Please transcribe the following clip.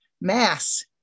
mass